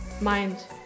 mind